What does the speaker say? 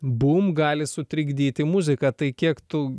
bum gali sutrikdyti muziką tai kiek tu